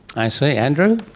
i see. andrew?